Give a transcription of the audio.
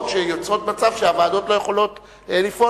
שיוצרות מצב שהוועדות לא יכולות לפעול.